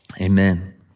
Amen